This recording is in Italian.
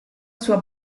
sua